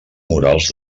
murals